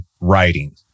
writing